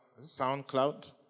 SoundCloud